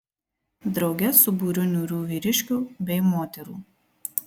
drauge su būriu niūrių vyriškių bei moterų